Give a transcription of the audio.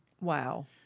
Wow